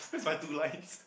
where's my two lines